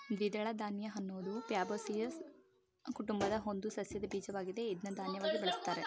ದ್ವಿದಳ ಧಾನ್ಯ ಅನ್ನೋದು ಫ್ಯಾಬೇಸಿಯೊ ಕುಟುಂಬದ ಒಂದು ಸಸ್ಯದ ಬೀಜವಾಗಿದೆ ಇದ್ನ ಧಾನ್ಯವಾಗಿ ಬಳುಸ್ತಾರೆ